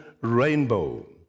rainbow